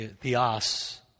Theos